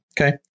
Okay